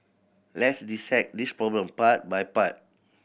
let's dissect this problem part by part